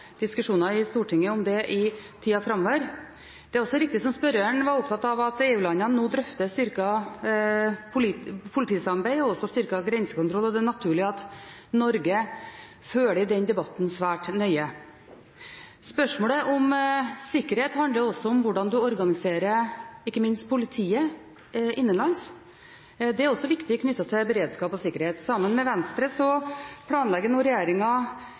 diskusjoner i Stortinget om det i tida framover. Det er også riktig, som spørreren var opptatt av, at EU-landene nå drøfter styrket politisamarbeid og også styrket grensekontroll, og det er naturlig at Norge følger den debatten svært nøye. Spørsmålet om sikkerhet handler også om hvordan en organiserer ikke minst politiet innenlands. Det er også viktig knyttet til beredskap og sikkerhet. Sammen med Venstre planlegger regjeringen nå